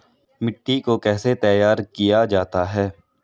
मिट्टी को कैसे तैयार किया जाता है?